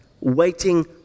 Waiting